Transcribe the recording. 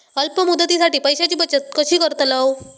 अल्प मुदतीसाठी पैशांची बचत कशी करतलव?